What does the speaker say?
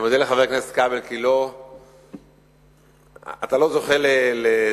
אני מודה לחבר הכנסת כבל, כי אתה לא זוכה לשיחת